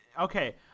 Okay